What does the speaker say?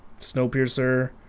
Snowpiercer